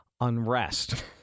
unrest